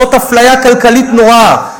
זאת אפליה כלכלית נוראה.